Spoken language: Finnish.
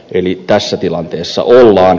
eli tässä tilanteessa ollaan